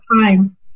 time